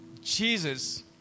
Jesus